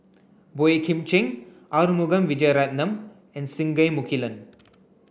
Boey Kim Cheng Arumugam Vijiaratnam and Singai Mukilan